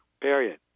period